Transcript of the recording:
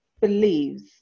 believes